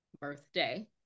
birthday